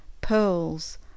pearls